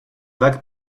vague